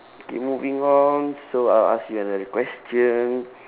okay moving on so I'll ask you another question